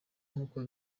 nkuko